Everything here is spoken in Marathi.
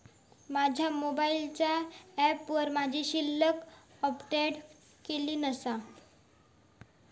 माझ्या मोबाईलच्या ऍपवर माझी शिल्लक अपडेट केलेली नसा